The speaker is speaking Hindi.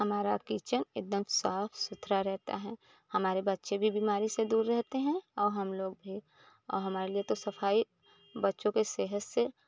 हमारा किचन एक दम साफ़ सुथरा रहता है हमारे बच्चे भी बीमारी से दूर रहते हैं और हम लोग भी और हमारे लिए तो सफ़ाई बच्चों की सेहत से